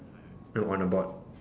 the one on board